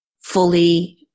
fully